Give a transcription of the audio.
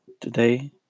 today